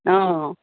অঁ